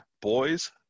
boys